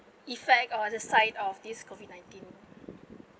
effect or the side of this COVID nineteen